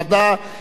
אין מתנגדים,